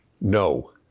no